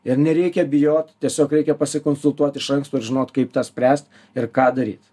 ir nereikia bijot tiesiog reikia pasikonsultuot iš anksto ir žinot kaip tą spręst ir ką daryt